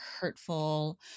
hurtful